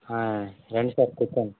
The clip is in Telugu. ఏంటి సార్ చెప్పండి